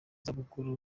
zabukuru